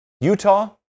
Utah